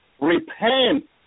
repent